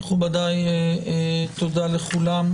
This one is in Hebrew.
מכובדיי, תודה לכולם.